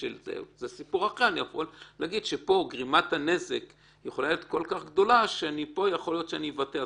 שלחתי וכל אחד אמר לי משהו אחר.